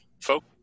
folk